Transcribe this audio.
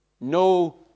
No